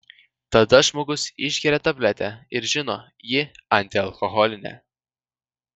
tada žmogus išgeria tabletę ir žino ji antialkoholinė